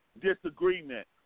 Disagreement